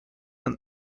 and